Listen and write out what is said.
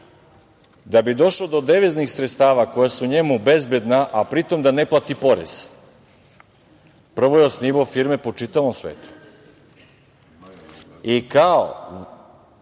Da bi došao do deviznih sredstava koja su njemu bezbedna, a pri tom da ne plati porez prvo je osnivao firme po čitavom svetu i kao